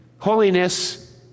Holiness